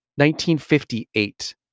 1958